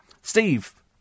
Steve